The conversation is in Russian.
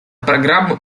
программа